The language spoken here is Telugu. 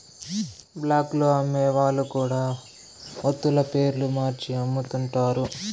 బ్లాక్ లో అమ్మే వాళ్ళు కూడా వత్తుల పేర్లు మార్చి అమ్ముతుంటారు